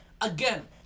again